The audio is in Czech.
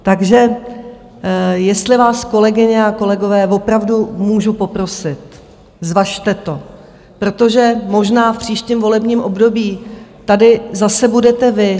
Takže jestli vás, kolegyně a kolegové, opravdu můžu poprosit, zvažte to, protože možná v příštím volebním období tady zase budete vy.